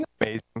Amazing